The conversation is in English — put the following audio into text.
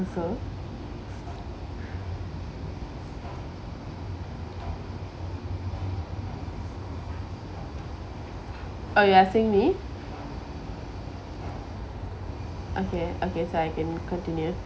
so oh you are saying me okay okay so I can continue